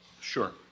Sure